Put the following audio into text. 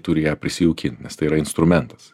turi ją prisijaukint nes tai yra instrumentas